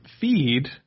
feed